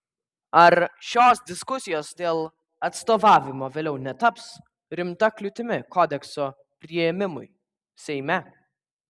ar šios diskusijos dėl atstovavimo vėliau netaps rimta kliūtimi kodekso priėmimui seime